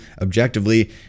objectively